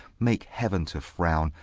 make heaven to frown,